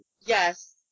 Yes